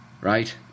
Right